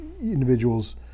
individuals